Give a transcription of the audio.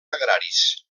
agraris